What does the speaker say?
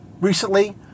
recently